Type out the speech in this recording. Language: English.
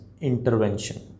intervention